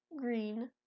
green